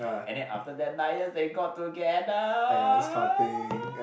and then after that night they got together